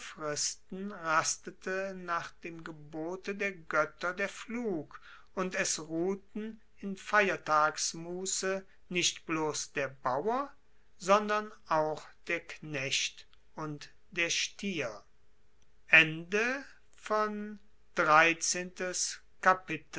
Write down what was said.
fristen rastete nach dem gebote der goetter der pflug und es ruhten in feiertagsmusse nicht bloss der bauer sondern auch der knecht und der stier